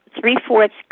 three-fourths